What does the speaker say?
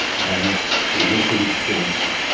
and in this instance,